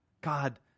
God